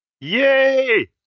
Yay